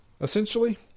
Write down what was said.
Essentially